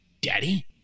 Daddy